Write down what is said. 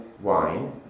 wine